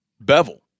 bevel